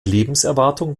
lebenserwartung